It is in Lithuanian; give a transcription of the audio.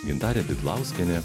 gintarė bidlauskienė